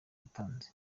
yatanze